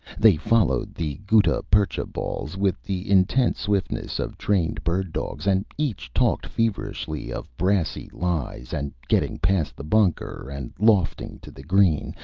they followed the gutta percha balls with the intent swiftness of trained bird dogs, and each talked feverishly of brassy lies, and getting past the bunker, and lofting to the green,